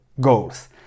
goals